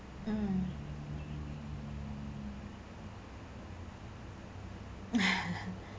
mm